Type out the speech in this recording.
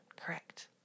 Correct